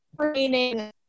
training